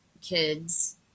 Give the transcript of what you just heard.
kids